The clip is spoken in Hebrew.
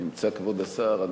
נמצא כבוד השר.